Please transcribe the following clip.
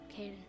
Caden